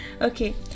Okay